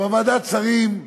אבל ועדת שרים,